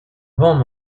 vamm